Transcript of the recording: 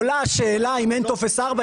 עולה השאלה: אם אין טופס 4,